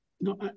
No